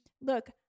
Look